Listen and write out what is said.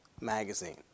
magazine